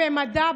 במדע,